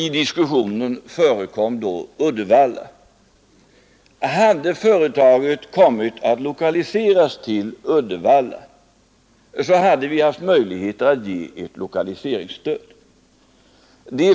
I diskussionen förekom då Uddevalla. Hade företaget kommit att lokaliseras till Uddevalla, så hade vi haft möjligheter att ge ett lokaliseringsstöd.